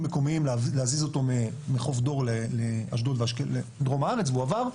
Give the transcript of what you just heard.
מקומיים להזיז אותו מחוף דור לדרום הארץ והוא עבר,